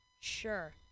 Sure